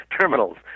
terminals